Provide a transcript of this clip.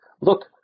Look